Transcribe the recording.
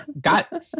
got